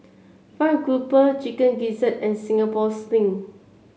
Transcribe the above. fried grouper Chicken Gizzard and Singapore Sling